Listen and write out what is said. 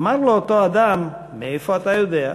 אמר לו אותו אדם: מאיפה אתה יודע?